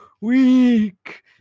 weak